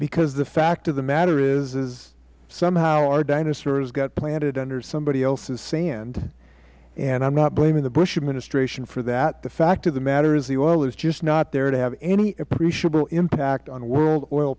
because the fact of the matter is is somehow our dinosaurs got planted under somebody else's sand and i am not blaming the bush administration for that the fact of the matter is the oil is just not there to have any appreciable impact on world oil